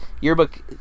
yearbook